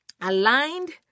aligned